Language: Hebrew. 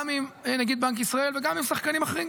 גם עם נגיד בנק ישראל וגם עם שחקנים אחרים.